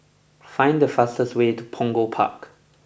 find the fastest way to Punggol Park